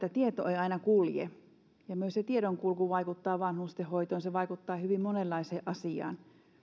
ei aina kulje ja se tiedonkulku vaikuttaa vanhustenhoitoon se vaikuttaa hyvin monenlaisiin asioihin